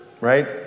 right